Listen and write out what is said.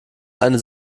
eine